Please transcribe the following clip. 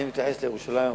אני מתייחס לירושלים המאוחדת.